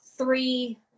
Three